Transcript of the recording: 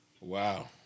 Wow